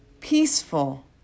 peaceful